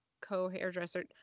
co-hairdresser